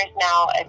now